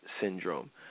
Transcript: syndrome